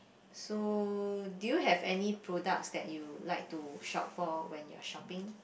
so do you have any products that you like to shop for when you're shopping